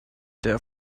der